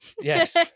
Yes